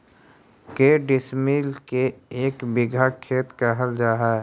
के डिसमिल के एक बिघा खेत कहल जा है?